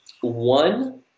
One